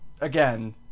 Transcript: again